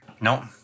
No